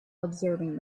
observing